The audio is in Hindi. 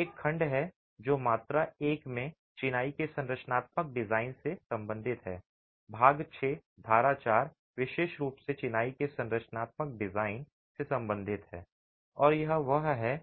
एक खंड है जो मात्रा 1 में चिनाई के संरचनात्मक डिजाइन से संबंधित है भाग 6 धारा 4 विशेष रूप से चिनाई के संरचनात्मक डिजाइन से संबंधित है और यह वह है